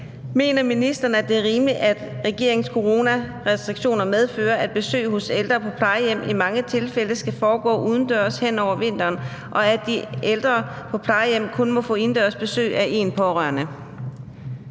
Mener ministeren, at det er rimeligt, at regeringens coronarestriktioner medfører, at besøg hos ældre på plejehjem i mange tilfælde skal foregå udendørs hen over vinteren, og at de ældre på plejehjem kun må få indendørsbesøg af én pårørende?